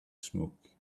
smoke